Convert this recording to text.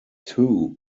two